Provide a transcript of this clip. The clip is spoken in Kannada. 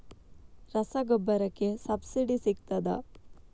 ರಸಗೊಬ್ಬರಕ್ಕೆ ಸಬ್ಸಿಡಿ ಸಿಗ್ತದಾ?